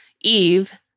Eve